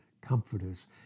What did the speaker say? comforters